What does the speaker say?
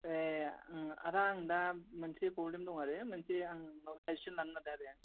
ए ओं आदा आं दा मोनसे प्रब्लेम दं आरो मोनसे आं साजेसन लानो नागिरदों आरो